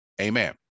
Amen